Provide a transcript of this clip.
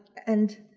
and